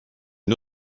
une